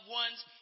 one's